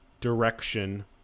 direction